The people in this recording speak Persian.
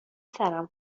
سرم